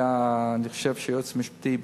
אני חושב שהיועץ המשפטי,